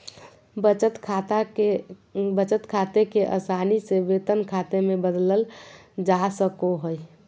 बचत खाते के आसानी से वेतन खाते मे बदलल जा सको हय